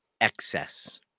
Excess